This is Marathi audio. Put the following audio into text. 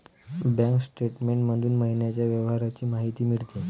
बँक स्टेटमेंट मधून महिन्याच्या व्यवहारांची माहिती मिळते